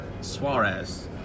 Suarez